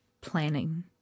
planning